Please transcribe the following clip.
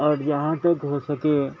اور جہاں تک ہو سکے